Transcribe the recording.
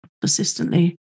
persistently